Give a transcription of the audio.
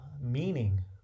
meaning